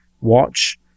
watch